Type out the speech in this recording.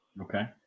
Okay